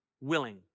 willing